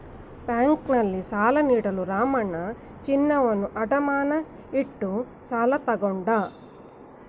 ಬ್ಯಾಂಕ್ನಲ್ಲಿ ಸಾಲ ನೀಡಲು ರಾಮಣ್ಣ ಚಿನ್ನವನ್ನು ಅಡಮಾನ ಇಟ್ಟು ಸಾಲ ತಗೊಂಡ